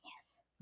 yes